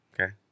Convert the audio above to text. Okay